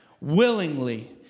willingly